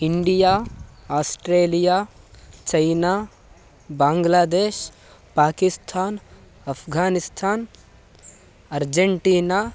India Australia China Bangladesh Pakistan Afghanistan Argentina